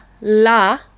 la